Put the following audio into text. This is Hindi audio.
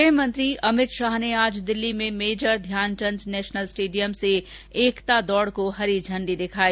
गृह मंत्री अमित शाह ने आज दिल्ली में मेजर ध्यानचंद नेशनल स्टेडियम से एकता दौड़ को हरी झंडी दिखाई